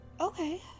Okay